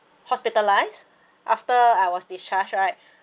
hospitalised after I was discharged right